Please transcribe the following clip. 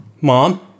Mom